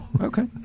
Okay